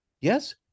Yes